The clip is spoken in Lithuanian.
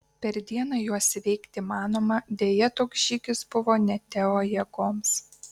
per dieną juos įveikti įmanoma deja toks žygis buvo ne teo jėgoms